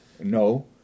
No